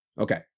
Okay